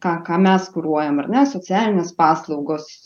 ką ką mes kuruojam ar ne socialinės paslaugos